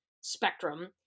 spectrum